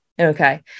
okay